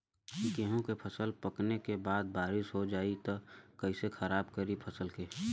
गेहूँ के फसल पकने के बाद बारिश हो जाई त कइसे खराब करी फसल के?